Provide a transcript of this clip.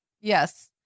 yes